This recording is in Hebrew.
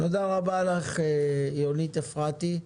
תודה רבה לך יונית אפרתי.